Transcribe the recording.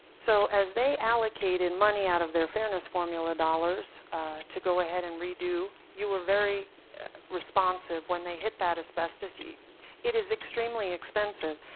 so as they allocated money out of their fairness formula dollars to go ahead and redo, you were very responsive when they hit that asbestos. it is extremely expensive.